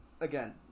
again